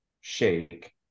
shake